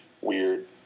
weird